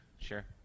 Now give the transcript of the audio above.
Sure